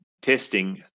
testing